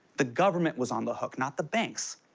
the government was on the hook, not the banks,